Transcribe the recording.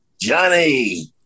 Johnny